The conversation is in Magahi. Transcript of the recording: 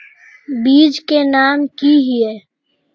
बीज के नाम की हिये?